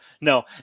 no